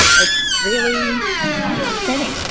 it's really upsetting.